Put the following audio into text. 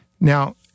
Now